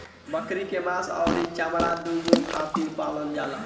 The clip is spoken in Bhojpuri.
बकरी के मांस अउरी चमड़ा दूनो खातिर पालल जाला